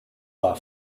war